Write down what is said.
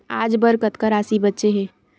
आज बर कतका राशि बचे हे?